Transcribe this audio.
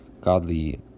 godly